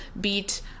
beat